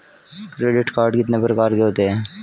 Credit card कितने प्रकार के होते हैं?